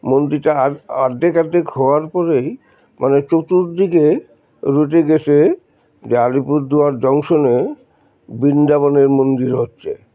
মন্দিরটা আর্ধেক অর্ধেক হওয়ার পরেই মানে চতুর্দিকে রটে গেছে যে আলিপুরদুয়ার জংশনে বৃন্দাবনের মন্দির হচ্ছে